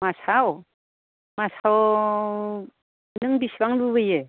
मासाव मासाव नों बेसेबां लुबैयो